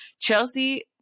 chelsea